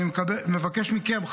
אני מבקש מכם,